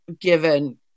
given